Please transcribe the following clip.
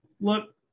look